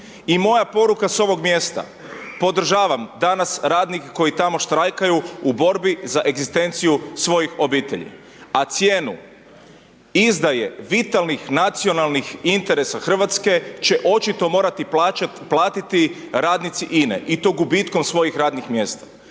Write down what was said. I moja poruka sa ovog mjesta, podržavam danas radnike koji tamo štrajkaju u borbi za egzistenciju svojih obitelji a cijenu izdaje vitalnih nacionalnih interesa Hrvatske će očito morati platiti radnici INA-e i to gubitkom svojih radnih mjesta.